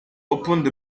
opened